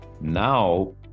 now